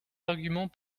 arguments